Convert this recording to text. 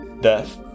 Death